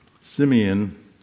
Simeon